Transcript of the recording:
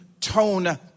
tone